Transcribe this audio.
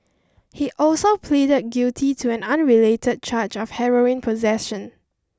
he also pleaded guilty to an unrelated charge of heroin possession